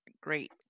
great